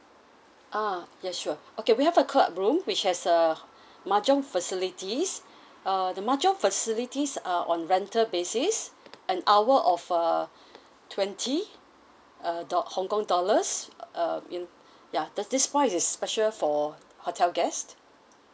ah ya sure okay we have a club room which has a mahjong facilities uh the mahjong facilities are on rental basis an hour of err twenty uh dol~ hong kong dollars um in ya that's this price is special for hotel guests